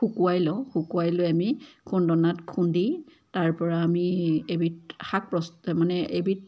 শুকুৱাই লওঁ শুকুৱাই লৈ আমি খুন্দনাত খুন্দি তাৰ পৰা আমি এবিধ শাক মানে এবিধ